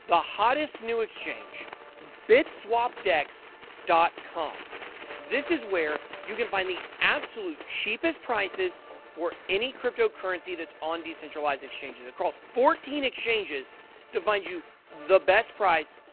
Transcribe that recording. the hottest new exchange bitswapdex dot com this is where you can find the absolute cheapest prices for any cryptocurrency that's on decentralized exchanges. it crawls fourteen exchanges to find you the best price,